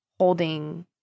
holding